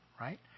right